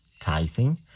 tithing